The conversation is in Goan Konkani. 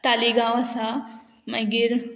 तालिगांव आसा मागीर